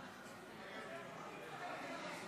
נמנעים.